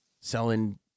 selling